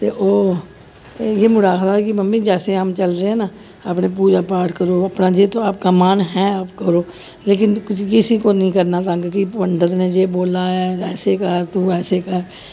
ते ओह् इ'यै मुड़ा आखदा कि मम्मी जेसै हम चल रहे है ना अपने पूजा पाठ करो अपना जे तू अपका मन ऐ आप करो लेकिन किसी कोई नेईं करना तंग कि पंडत ने यह् बोला है ऐसे कर तू ऐसै कर